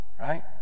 right